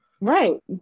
Right